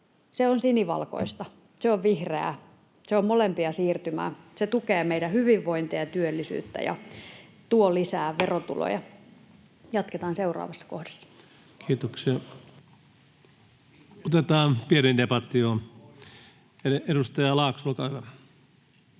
se on sinivalkoista, se on vihreää, se on molempia siirtymiä. Se tukee meidän hyvinvointia ja työllisyyttä ja tuo lisää verotuloja. — Jatketaan seuraavassa kohdassa. Kiitoksia. — Otetaan pieni debatti, joo. — Edustaja Laakso, olkaa hyvä.